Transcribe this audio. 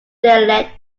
derelict